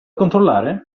controllare